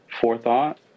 forethought